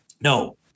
No